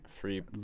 Free